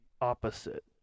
opposite